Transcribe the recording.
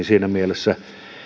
siinä mielessä